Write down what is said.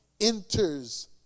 enters